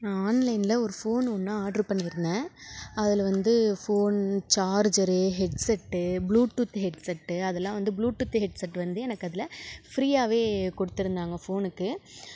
நான் ஆன்லைனில் ஒரு ஃபோன் ஒன்று ஆர்டர் பண்ணிருந்தேன் அதில் வந்து phone charger headset bluetooth headset அதெலாம் வந்து ப்ளூடூத் ஹெட்செட் வந்து எனக்கு அதில் ஃப்ரீயாகவே கொடுத்துருந்தாங்க ஃபோனுக்கு